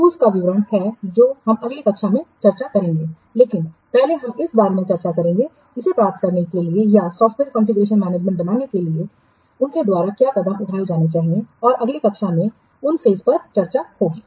तो उन टूंलस का विवरण है जो हम अगली कक्षा में चर्चा करेंगे लेकिन पहले हम इस बारे में चर्चा करेंगे कि इसे प्राप्त करने के लिए या सॉफ़्टवेयर कॉन्फ़िगरेशनमैनेजमेंट बनाने के लिए उनके द्वारा क्या कदम उठाए जाने चाहिए और अगली कक्षा में उन फेस पर चर्चा होगी